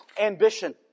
ambition